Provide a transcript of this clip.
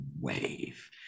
wave